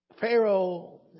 Pharaoh